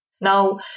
Now